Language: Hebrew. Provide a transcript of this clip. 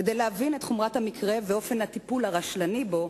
כדי להבין את חומרת המקרה ואופן הטיפול הרשלני בו,